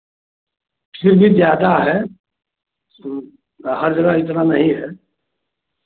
फिर भी ज़्यादा है हर जगह इतना नहीं है